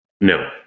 No